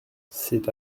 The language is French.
c’est